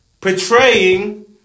portraying